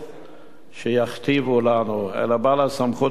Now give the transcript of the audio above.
שיכתיבו לנו, אלא שבעל הסמכות הוא שר החינוך.